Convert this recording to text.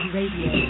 Radio